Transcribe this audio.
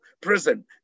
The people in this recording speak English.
prison